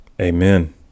Amen